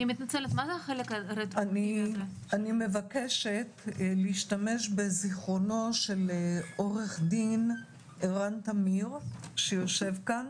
אני מבקשת להשתמש בזיכרונו של עו"ד ערן טמיר שיושב כאן.